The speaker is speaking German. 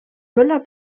müller